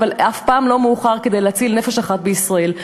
אבל אף פעם לא מאוחר כדי להציל נפש אחת בישראל.